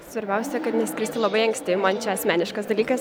svarbiausia kad neskristi labai anksti man čia asmeniškas dalykas